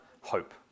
hope